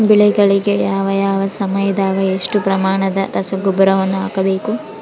ಬೆಳೆಗಳಿಗೆ ಯಾವ ಯಾವ ಸಮಯದಾಗ ಎಷ್ಟು ಪ್ರಮಾಣದ ರಸಗೊಬ್ಬರವನ್ನು ಹಾಕಬೇಕು?